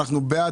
אנחנו בעד,